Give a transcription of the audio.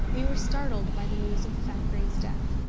we were startled by the news of thackeray's death.